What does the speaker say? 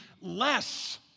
less